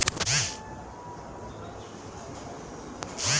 ಹಸುವಿನ ಹಾಲು ಸಾವಯಾವ ಆಗ್ಬೇಕಾದ್ರೆ ಎಂತ ಆಹಾರ ಕೊಡಬೇಕು?